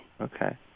Okay